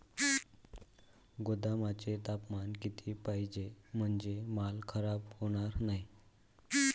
गोदामाचे तापमान किती पाहिजे? म्हणजे माल खराब होणार नाही?